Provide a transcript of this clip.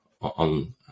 on